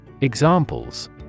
Examples